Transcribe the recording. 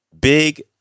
Big